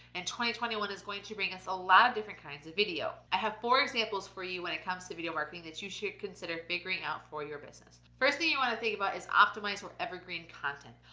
and twenty twenty one is going to bring us a lot of different kinds of video. i have four examples for you, when it comes to video marketing that you should consider figuring out for your business. first thing you wanna think about is optimized or evergreen content.